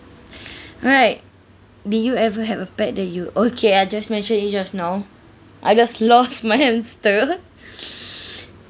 alright did you ever have a pet that you okay I just mentioned it just now I just lost my hamster